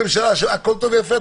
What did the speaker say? הממשלה הכול טוב ויפה,